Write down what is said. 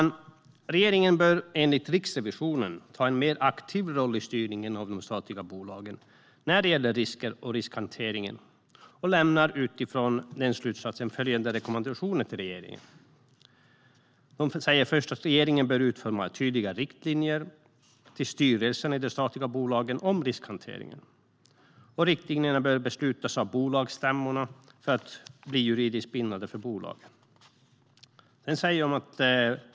Regeringen bör enligt Riksrevisionen ta en mer aktiv roll i styrningen av de statliga bolagen när det gäller risker och riskhantering. Utifrån den slutsatsen lämnar man följande rekommendationer till regeringen: Regeringen bör utforma tydliga riktlinjer till styrelserna i de statliga bolagen om riskhantering. Riktlinjerna bör beslutas av bolagsstämmorna för att bli juridiskt bindande för bolagen.